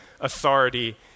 authority